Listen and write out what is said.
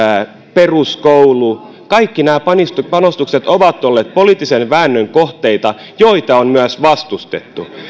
peruskoulu kaikki nämä panostukset panostukset ovat olleet poliittisen väännön kohteita joita on myös vastustettu